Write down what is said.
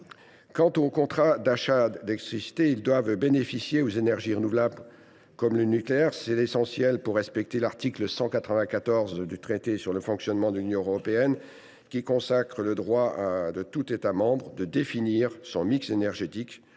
Quant aux contrats d’achat d’électricité, ils doivent bénéficier aux énergies renouvelables comme au nucléaire. C’est essentiel pour respecter l’article 194 du traité sur le fonctionnement de l’Union européenne (TFUE), qui consacre le droit de tout État membre de définir son mix énergétique.